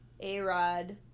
A-Rod